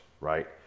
Right